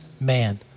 man